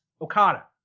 Okada